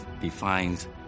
defines